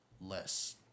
less